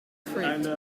fruit